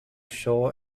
shore